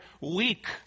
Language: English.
weak